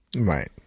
right